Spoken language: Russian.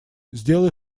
сделай